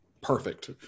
perfect